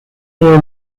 los